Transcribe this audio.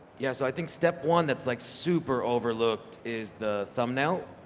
yeah, so i think step one that's like super overlooked is the thumbnail.